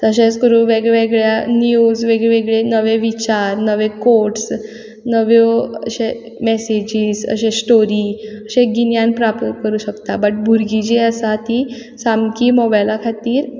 तशेंच करून वेगळे वेगळे निव्ज वेगळी वेगळी नवे विचार नवे कोट्स नव्यो अशें मेसेजीस अशें स्टोरी अशें गिन्यान प्राप्त करूंक शकता बट भुरगीं जीं आसा तीं सामकी मोबायला खातीर